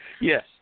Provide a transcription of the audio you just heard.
Yes